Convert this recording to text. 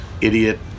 idiot